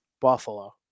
Buffalo